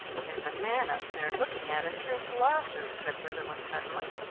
there's a man up there looking at us through glasses, said briggerland suddenly.